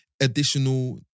additional